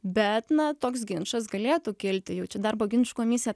bet na toks ginčas galėtų kilti jau čia darbo ginčų komisija